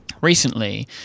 Recently